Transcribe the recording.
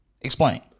explain